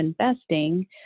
investing